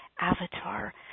avatar